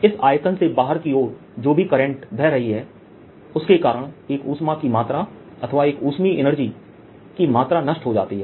इस आयतन से बाहर की ओर जो भी करंट बह रही है उसके कारण एक ऊष्मा की मात्रा अथवा एक उष्मीय एनर्जी की मात्रा नष्ट हो जाती है